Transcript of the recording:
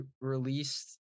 released